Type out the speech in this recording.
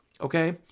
okay